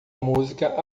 música